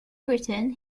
britain